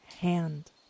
hand